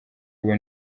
ubu